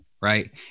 right